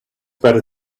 better